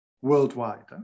worldwide